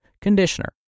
conditioner